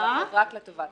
לגבי התנייה רק לטובת